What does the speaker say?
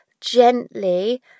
gently